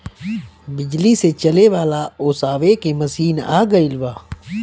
बिजली से चले वाला ओसावे के मशीन आ गइल बा